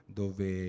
dove